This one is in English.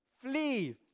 Flee